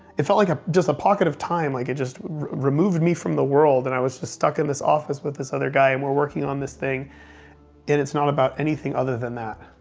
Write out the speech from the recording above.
it felt like ah just a pocket of time, like it just removed me from the world, and i was just stuck in this office with this other guy, and we were working on this thing. and it's not about anything other than that.